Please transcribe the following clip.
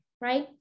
right